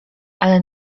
ale